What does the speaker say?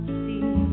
see